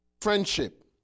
friendship